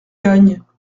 gagnes